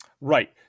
Right